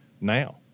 now